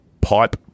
pipe